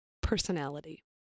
personality